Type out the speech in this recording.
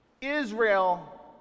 Israel